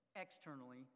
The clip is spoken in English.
externally